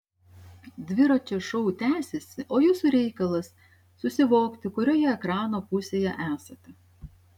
dviračio šou tęsiasi o jūsų reikalas susivokti kurioje ekrano pusėje esate